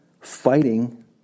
fighting